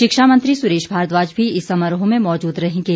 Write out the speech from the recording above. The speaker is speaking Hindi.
शिक्षा मंत्री सुरेश भारद्वाज भी इस समारोह में मौजूद रहेंगे